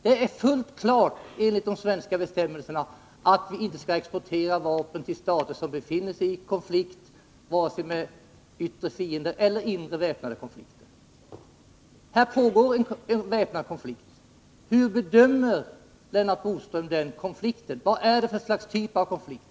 Det är fullt klart enligt de svenska bestämmelserna att vi inte skall exportera vapen till stater som befinner sig i konflikt, vare sig det rör sig om en yttre fiende eller inre väpnade konflikter. Här pågår en väpnad konflikt. Hur bedömer Lennart Bodström denna? Vad är det för typ av konflikt?